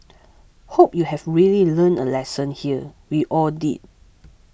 hope you have really learned a lesson here we all did